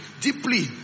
deeply